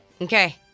Okay